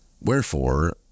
Wherefore